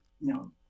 No